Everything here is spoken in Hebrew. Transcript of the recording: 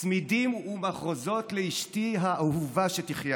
צמידים ומחרוזות לאשתי האהובה, שתחיה.